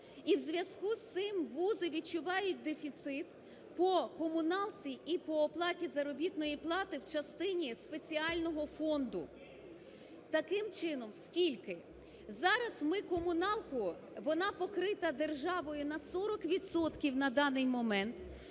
і в зв'язку з цим вузи відчувають дефіцит по комуналці і по оплаті заробітної плати в частині спеціального фонду. Таким чином, скільки? Зараз ми комуналку, вона покрита державою на 40 відсотків на даний момент.